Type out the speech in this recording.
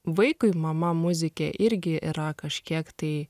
vaikui mama muzikė irgi yra kažkiek tai